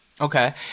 Okay